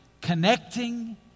connecting